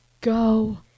go